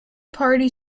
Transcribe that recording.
party